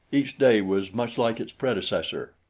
each day was much like its predecessor.